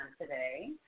today